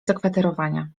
zakwaterowania